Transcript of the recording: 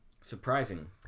Surprising